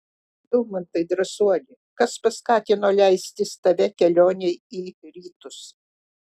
daumantai drąsuoli kas paskatino leistis tave kelionei į rytus